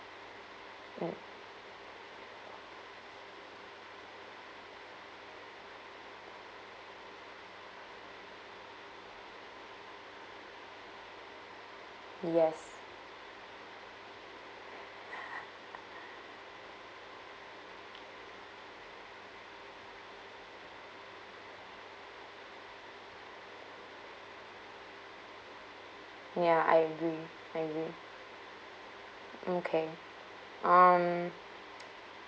mm yes ya I agree I agree okay um